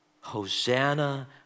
Hosanna